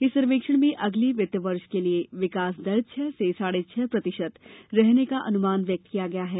इस सर्वेक्षण में अगले वित्त वर्ष के लिए विकास दर छह से साढ़े छह प्रतिशत रहने का अनुमान व्यक्त किया गया है